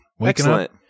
Excellent